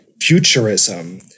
Futurism